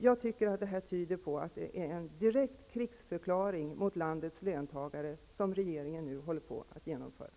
Jag tycker att detta tyder på en direkt krigsförklaring av regeringen mot landets löntagare.